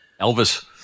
Elvis